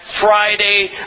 Friday